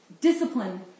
Discipline